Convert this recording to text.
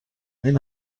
این